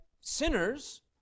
sinners